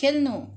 खेल्नु